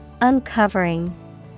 Uncovering